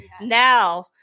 now